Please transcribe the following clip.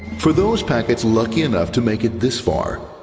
for those packets lucky enough to make it this far,